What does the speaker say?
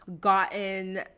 gotten